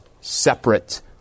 separate